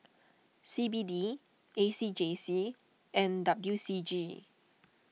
C B D A C J C and W C G